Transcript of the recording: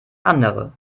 andere